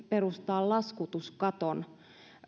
perustaa laskutuskatto